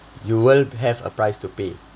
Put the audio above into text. you will have a price to pay